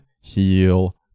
heal